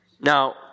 Now